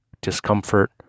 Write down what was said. discomfort